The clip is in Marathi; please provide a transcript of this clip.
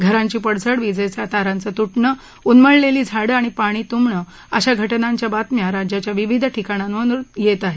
घरांची पडझड विजेंच्या तारांच तुटण उन्मळलेली झाडं पाणी तुबणं अशा घटनांच्या बातम्या राज्याच्या विविध ठिकाणांहुन येत आहेत